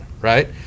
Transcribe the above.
right